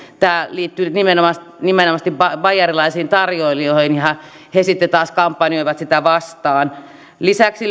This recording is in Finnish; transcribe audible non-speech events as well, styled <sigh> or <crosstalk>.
tämä liittyy nyt nimenomaisesti baijerilaisiin tarjoilijoihin ja he sitten taas kampanjoivat sitä vastaan lisäksi <unintelligible>